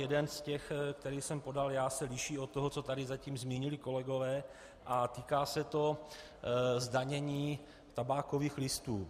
Jeden z těch, který jsem podal já, se liší od toho, co tady zatím zmínili kolegové, a týká se to zdanění tabákových listů.